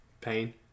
Pain